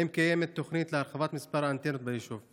3. האם קיימת תוכנית להרחבת מספר האנטנות ביישוב?